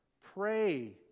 Pray